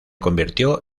convirtió